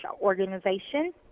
organization